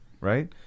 right